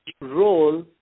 role